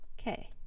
okay